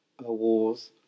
wars